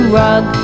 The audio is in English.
rug